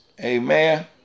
Amen